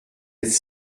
êtes